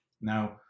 Now